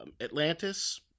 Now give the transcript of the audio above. Atlantis